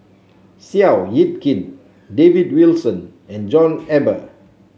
Seow Yit Kin David Wilson and John Eber